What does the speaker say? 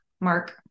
Mark